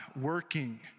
working